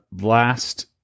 last